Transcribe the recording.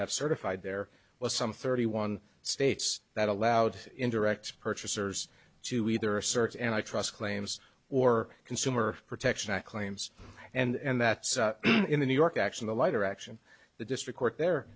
have certified there was some thirty one states that allowed indirect purchasers to either search and i trust claims or consumer protection act claims and that's in the new york action the lighter action the district court the